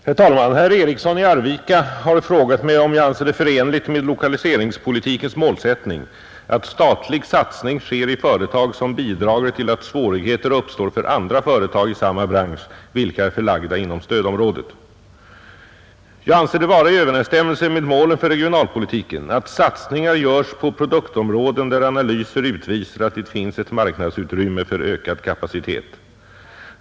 Herr talman! Herr Eriksson i Arvika har frågat mig om jag anser det förenligt med lokaliseringspolitikens målsättning att statlig satsning sker i företag, som bidrager till att svårigheter uppstår för andra företag i samma bransch, vilka är förlagda inom stödområdet. Jag anser det vara i överensstämmelse med målen för regionalpolitiken att satsningar görs på produktområden där analyser utvisar att det finns ett marknadsutrymme för ökad kapacitet.